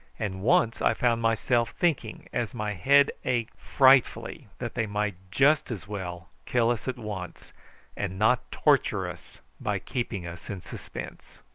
and once i found myself thinking, as my head ached frightfully, that they might just as well kill us at once and not torture us by keeping us in suspense.